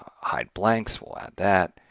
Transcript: hideblanks, we'll add that,